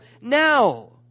now